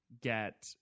get